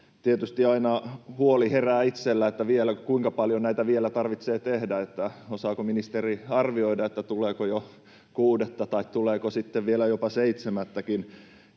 Tietysti aina itsellä herää huoli, kuinka paljon näitä vielä tarvitsee tehdä. Osaako ministeri arvioida, tuleeko jo kuudetta tai tuleeko sitten vielä jopa seitsemättäkin